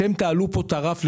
אתם תעלו פה את הרף ל-35%,